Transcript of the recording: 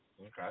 okay